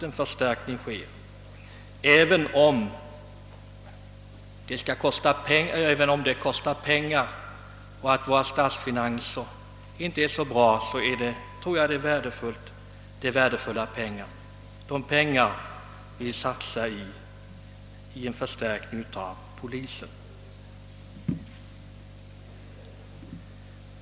En förstärkning är nödvändig, och även om den kostar pengar och även om våra statsfinanser är ansträngda, tror jag att de pengar vi satsar på förstärkning av polisen är en värdefull investering.